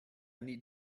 need